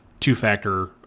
two-factor